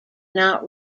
not